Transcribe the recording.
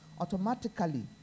Automatically